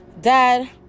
Dad